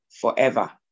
forever